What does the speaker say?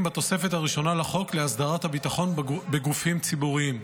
בתוספת הראשונה לחוק להסדרת הביטחון בגופים ציבוריים.